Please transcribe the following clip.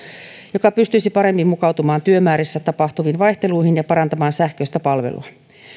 joka pystyisi paremmin mukautumaan työmäärissä tapahtuviin vaihteluihin ja parantamaan sähköistä palvelua